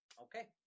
Okay